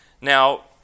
Now